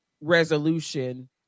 resolution